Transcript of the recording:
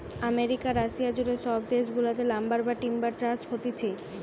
America, Russia জুড়ে সব দেশ গুলাতে লাম্বার বা টিম্বার চাষ হতিছে